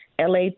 LA